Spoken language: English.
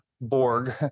borg